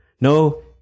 No